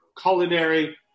culinary